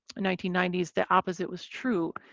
nineteen ninety s the opposite was true.